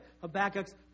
Habakkuk's